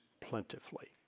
plentifully